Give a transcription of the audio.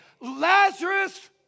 Lazarus